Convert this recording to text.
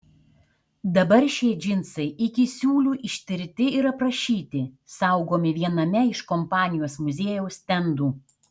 dabar šie džinsai iki siūlių ištirti ir aprašyti saugomi viename iš kompanijos muziejaus stendų